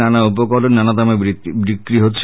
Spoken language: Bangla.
নানা উপকরণ নানা দামে বিক্রি হচ্ছে